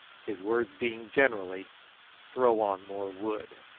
his words being generally throw on more wood.